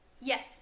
Yes